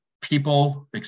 people